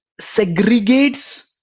segregates